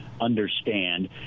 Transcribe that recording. understand